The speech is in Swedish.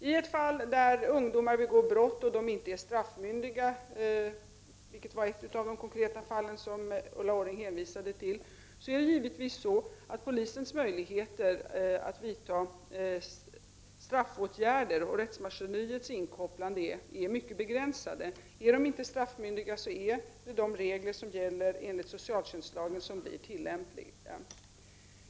I ett fall där ungdomar begår brott och de inte är straffmyndiga — som i ett av de konkreta fall som Ulla Orring hänvisade till — är givetvis polisens möjligheter att vidta straffåtgärder och att koppla in rättsmaskineriet mycket begränsade. Är ungdomarna inte straffmyndiga, är det reglerna i socialtjänstlagen som är tillämpliga.